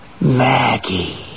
Maggie